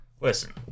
Listen